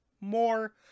more